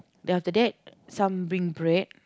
then after that some bring bread